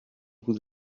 vous